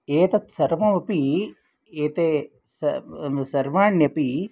एतत् सर्वमपि एते सर्वाण्यपि